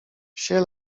wsie